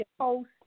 post